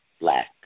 black